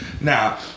Now